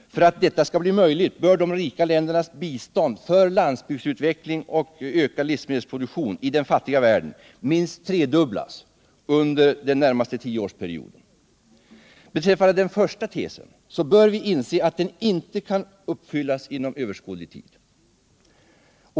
För att detta skall bli möjligt bör de rika ländernas bistånd för landsbygdsutveckling och ökad livsmedelsproduktion i den fattiga världen minst tredubblas under den närmaste tioårsperioden. Beträffande den första tesen bör vi inse, att den inte kan uppfyllas inom överskådlig tid.